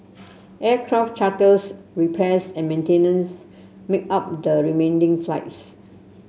aircraft charters repairs and maintenance make up the remaining flights